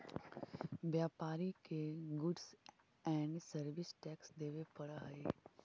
व्यापारि के goods and service tax देवे पड़ऽ हई